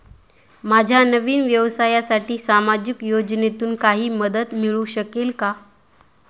माझ्या नवीन व्यवसायासाठी सामाजिक योजनेतून काही मदत मिळू शकेल का?